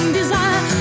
desire